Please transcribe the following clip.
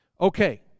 Okay